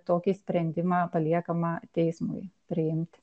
tokį sprendimą paliekama teismui priimti